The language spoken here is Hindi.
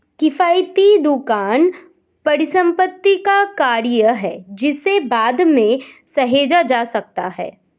किफ़ायती दुकान परिसंपत्ति का कार्य है जिसे बाद में सहेजा जा सकता है